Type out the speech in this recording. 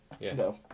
No